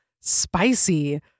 spicy